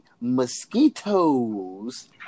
mosquitoes